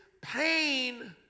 pain